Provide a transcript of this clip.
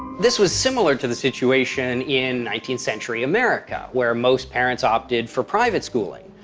this was similar to the situation in nineteenth century america, where most parents opted for private schooling.